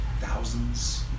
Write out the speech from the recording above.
thousands